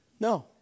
No